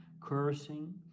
cursing